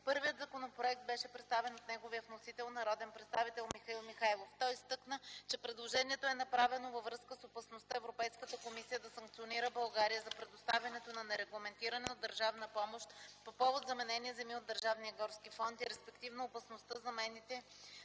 Първият законопроект беше представен от неговия вносител народния представител Михаил Михайлов. Той изтъкна, че предложението е направено във връзка с опасността Европейската комисия да санкционира България за предоставянето на нерегламентирана държавна помощ по повод заменени земи от държавния горски фонд и респективно опасността замените